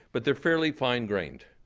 but they're fairly fine grained,